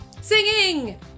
Singing